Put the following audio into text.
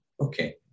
Okay